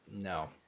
no